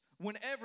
whenever